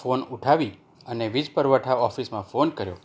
phone ઉઠાવી અને વીજ પુરવઠા ઓફિસમાં ફોન કર્યો